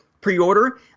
pre-order